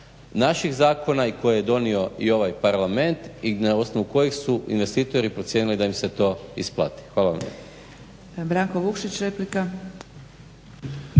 naših zakona i koje je donio i ovaj Parlament, i na osnovu kojih su investitori procijenili da im se to isplati. Hvala vam